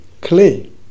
clay